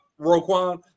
Roquan